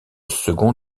second